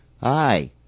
Hi